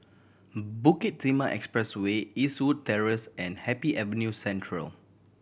Bukit Timah Expressway Eastwood Terrace and Happy Avenue Central